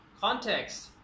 context